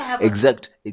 exact